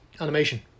animation